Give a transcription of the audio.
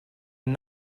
and